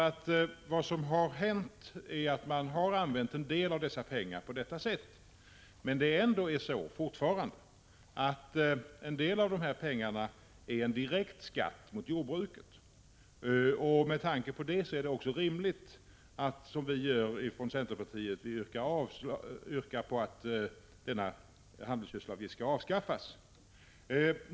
Vad som har hänt är att man har använt en del av dessa pengar på detta sätt. Det är ändå fortfarande så att en del av dessa pengar är en direkt skatt som drabbar jordbruket. Med tanke på det är det rimligt att, som vi från centerpartiet gör, yrka på att denna handelsgödselavgift skall avskaffas.